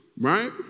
right